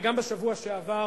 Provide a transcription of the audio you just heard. וגם בשבוע שעבר,